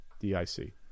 D-I-C